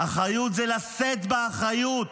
"אחריות זה לשאת באחריות.